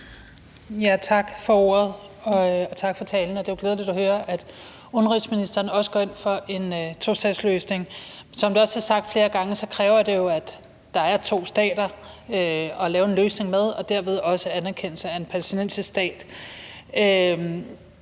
Tak for ordet, og tak for talen. Det er glædeligt at høre, at udenrigsministeren også går ind for en tostatsløsning. Som det også er sagt flere gange, kræver det, at der er to stater, der skal lave en løsning, og derved kræver det også en anerkendelse af en palæstinensisk stat.